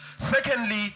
Secondly